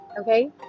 Okay